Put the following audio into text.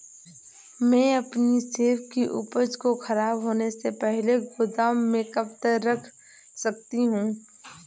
मैं अपनी सेब की उपज को ख़राब होने से पहले गोदाम में कब तक रख सकती हूँ?